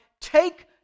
take